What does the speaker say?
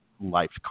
life